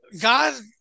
God